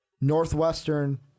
Northwestern